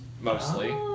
mostly